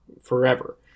forever